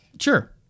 Sure